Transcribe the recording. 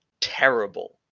terrible